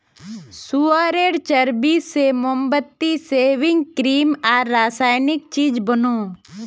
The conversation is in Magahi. सुअरेर चर्बी से मोमबत्ती, सेविंग क्रीम आर रासायनिक चीज़ बनोह